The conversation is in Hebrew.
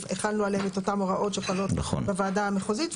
החלנו עליהם את אותן הוראות שחלות בוועדה המחוזית.